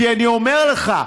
כי אני אומר לך,